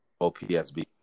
OPSB